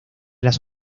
las